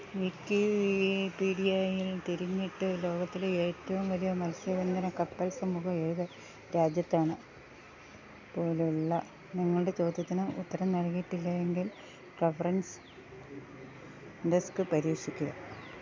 വിക്കി പീഡിയയിൽ തിരഞ്ഞിട്ട് ലോകത്തിലെ ഏറ്റവും വലിയ മത്സ്യബന്ധന കപ്പൽസമൂഹം ഏത് രാജ്യത്താണ് പോലെയുള്ള നിങ്ങളുടെ ചോദ്യത്തിന് ഉത്തരം നൽകിയിട്ടില്ലായെങ്കിൽ റഫറൻസ് ഡെസ്ക് പരീക്ഷിക്കുക